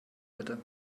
bitte